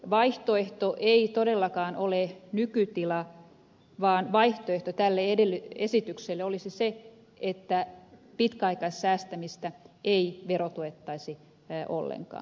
vaihtoehto ei todellakaan ole nykytila vaan vaihtoehto tälle esitykselle olisi se että pitkäaikaissäästämistä ei verotuettaisi ollenkaan